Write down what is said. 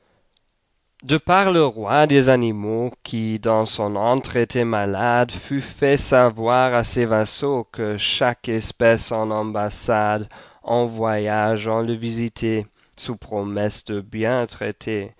e par le roi des animaux qui dans son antre était malade fut fait savoir à ses vassaux que chaque espèce en ambassade envoyât gens le visiter sous promesse de bien traiter